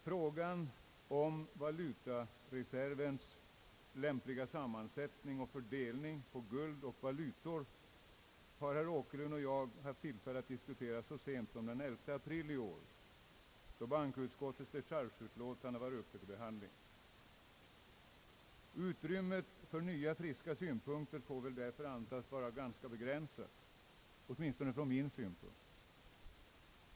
Frågan om valutareservens lämpliga sammansättning och fördelning på guld och valutor har herr Åkerlund och jag haft tillfälle att diskutera så sent som den 11 april i år, då bankoutskottets dechargeutlåtande var uppe till behandling. Utrymmet för nya friska synpunkter får väl därför antas vara ganska begränsat, åtminstone ser jag det så.